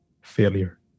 Failure